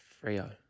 Frio